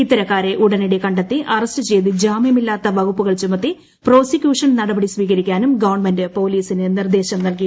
ഇത്തരക്കാരെ ഉടനടി കണ്ടെത്തി അറസ്റ്റ് ചെയ്ത് ജാമ്യമില്ലാത്ത വകുപ്പുകൾ ചുമത്തി പ്രോസിക്യൂഷൻ നടപടി സ്വീകരിക്കാനും ഗവൺമെന്റ് പൊലീസിന് നിർദേശം നല്കി